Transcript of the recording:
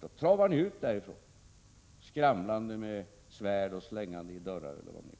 Då travar ni ut därifrån, skramlande med svärd och slängande i dörrar, eller vad ni